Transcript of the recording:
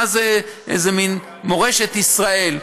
מה זה, איזה מין מורשת ישראל?